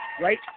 Right